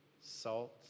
Salt